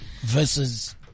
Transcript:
Versus